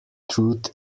truth